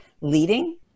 leading